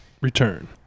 return